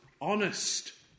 honest